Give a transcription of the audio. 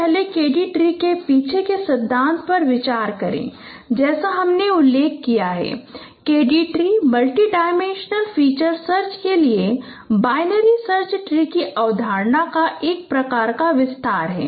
तो आइए पहले K D ट्री के पीछे के सिद्धांतों पर विचार करें जैसा कि हमने उल्लेख किया है कि K D tree multi dimension feature search के लिए बाइनरी सर्च ट्री की अवधारणा का एक प्रकार का विस्तार है